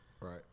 Right